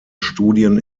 studien